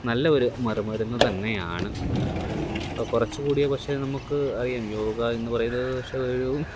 നല്ല ഒരു മറുമരുന്ന് തന്നെയാണ് അത് കുറച്ചു കൂടിയ പക്ഷെ നമ്മൾക്ക് അറിയാം യോഗയെന്ന് പറയുന്നത് പക്ഷെ ഒരു